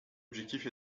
objectif